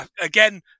again